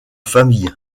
famille